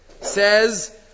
Says